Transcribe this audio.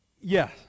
Yes